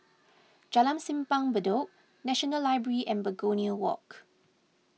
Jalan Simpang Bedok National Library and Begonia Walk